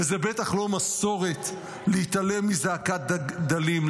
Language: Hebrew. וזו בטח לא מסורת להתעלם מזעקת דלים,